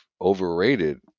overrated